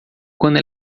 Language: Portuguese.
quando